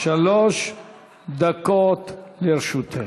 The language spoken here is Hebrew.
שלוש דקות לרשותך.